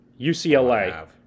UCLA